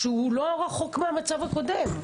שהוא לא רחוק מהמצב הקודם.